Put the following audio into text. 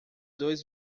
dois